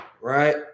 right